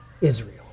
Israel